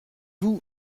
vous